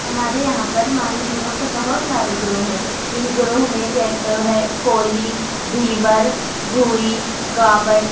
ہمارے یہاں پر ماہی گیروں کے بہت سارے گروہ ہیں ان گروہ میں ہے کولی دھیور بھوئی گابٹ